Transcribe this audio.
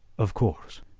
of course.